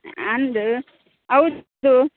ಅಂದು ಹೌದು